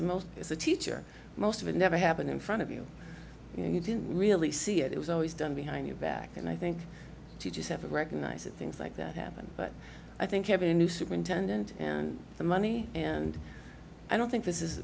to most as a teacher most of it never happened in front of you you know you didn't really see it it was always done behind your back and i think you just have to recognize that things like that happen but i think having a new superintendent and the money and i don't think this is